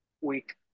week